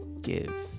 give